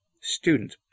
student